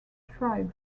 tribe